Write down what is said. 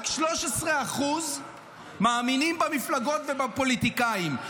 רק 13% מאמינים במפלגות ובפוליטיקאים.